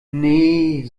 nee